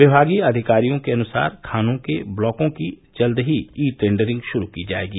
विभागीय अधिकारियों के अनुसार खानों के ब्लॉकों की जल्द ही ई टेंडरिंग शुरू की जाएगी